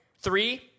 three